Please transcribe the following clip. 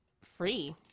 free